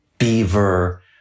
beaver